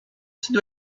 sud